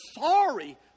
sorry